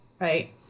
right